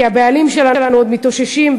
כי הבעלים שלנו עוד מתאוששים,